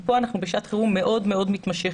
ופה אנחנו בשעת חירום מאוד מאוד מתמשכת.